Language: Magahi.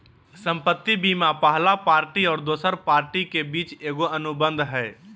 संपत्ति बीमा पहला पार्टी और दोसर पार्टी के बीच एगो अनुबंध हइ